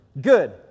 Good